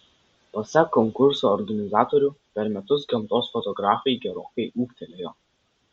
pasak konkurso organizatorių per metus gamtos fotografai gerokai ūgtelėjo